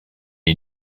est